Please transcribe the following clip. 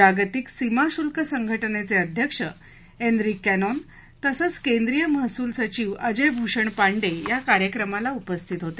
जागतिक सीमा शुल्क संघटनेचे अध्यक्ष एनरिक कॅनॉन तसंच केद्रीय महसूल सचिव अजय भूषण पांडे या कार्यक्रमाला उपस्थित होते